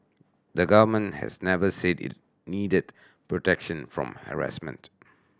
the Government has never said it needed protection from harassment